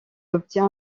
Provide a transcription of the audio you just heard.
obtient